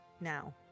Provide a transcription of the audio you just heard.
Now